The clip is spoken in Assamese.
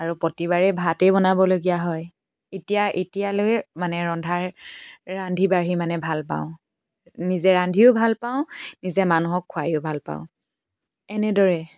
আৰু প্ৰতিবাৰেই ভাতেই বনাবলগীয়া হয় এতিয়া এতিয়ালৈ মানে ৰন্ধাৰ ৰান্ধি বাঢ়ি মানে ভাল পাওঁ নিজে ৰান্ধিও ভাল পাওঁ নিজে মানুহক খুৱায়ো ভাল পাওঁ এনেদৰেই